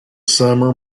summer